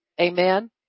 Amen